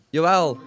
Jawel